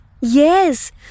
Yes